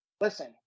listen